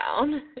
down